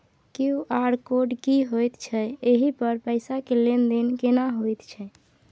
QR code की होयत छै एहि पर पैसा के लेन देन केना होयत छै?